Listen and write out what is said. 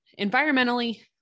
environmentally